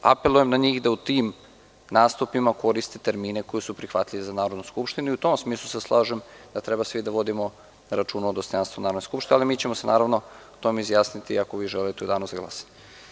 Apelujem na njih da u tim nastupima koriste termine koji su prihvatljivi za Narodnu skupštinu i u tom smislu se slažem da treba svi da vodimo računa o dostojanstvu Narodne skupštine, ali mi ćemo se o tome izjasniti, ako želite, u danu za glasanje.